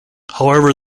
however